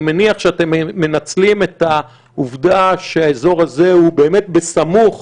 אני מניח שאתם מנצלים את העובדה שהאזור הזה הוא באמת בסמוך